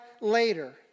later